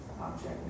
Object